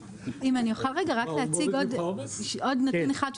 אם אני אוכל רק להציג רגע עוד נתון אחד,